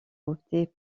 opté